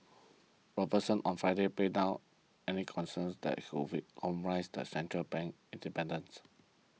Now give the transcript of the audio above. Robertson on Friday played down any concerns that compromise central bank's independence